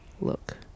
look